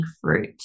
fruit